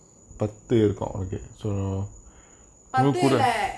பத்து இல்ல:pathu illa